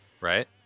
right